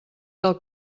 del